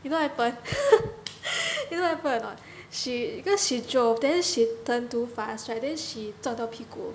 you know what happened you know what happened or not she because she drove then she turned too fast right then she 撞到屁股